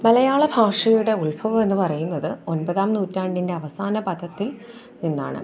മലയാള ഭാഷയുടെ ഉൽഭവം എന്ന് പറയുന്നത് ഒൻപതാം നൂറ്റാണ്ടിന്റെ അവസാന പദത്തിൽ നിന്നാണ്